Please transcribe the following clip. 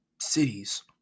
cities